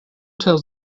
tells